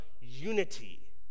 unity